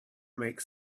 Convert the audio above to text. makes